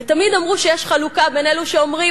ותמיד אמרו שיש חלוקה בין אלה שאומרים,